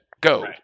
go